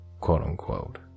quote-unquote